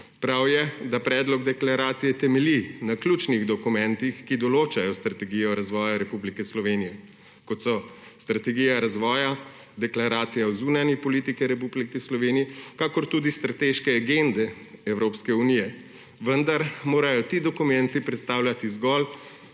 Prav je, da predlog deklaracije temelji na ključnih dokumentih, ki določajo strategijo razvoja Republike Slovenije, kot so Strategija razvoja, Deklaracija o zunanji politiki Republike Slovenije in tudi strateške agende Evropske unije, vendar morajo ti dokumenti predstavljati zgolj